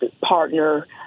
partner